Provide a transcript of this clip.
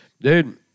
Dude